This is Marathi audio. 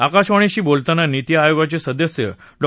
आकाशवाणीशी बोलताना निती आयोगाचक् सदस्य डॉ